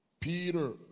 Peter